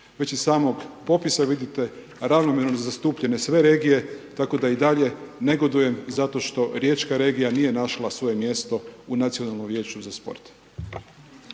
Već iz samog popisa vidite ravnomjerno zastupljen sve regije tako da i dalje negodujem zato što riječka regija nije našla svoje mjesto u Nacionalnom vijeću za sport.